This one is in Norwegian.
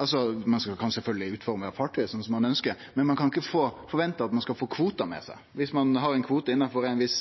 Ein skal sjølvsagt få utforme fartøyet slik som ein ønskjer, men ein kan ikkje forvente at ein skal få kvota med seg. Viss ein har ei kvote innafor ei viss